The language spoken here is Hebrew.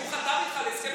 הוא חתם איתך על הסכם,